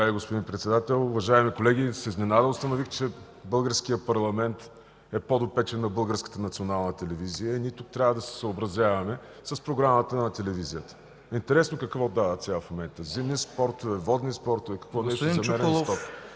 господин Председател. Уважаеми колеги, с изненада установих, че българският парламент е подопечен на Българската национална телевизия и ние тук трябва да се съобразяваме с програмата на телевизията. Интересно какво дават сега в момента – зимни спортове, водни спортове, какво? Затова